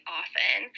often